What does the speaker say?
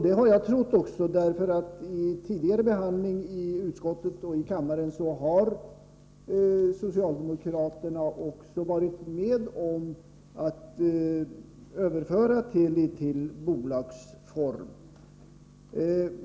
Det är också vad jag har trott — vid tidigare behandling i utskott och i kammaren har socialdemokraterna varit med på att överföra Teli till bolagsform.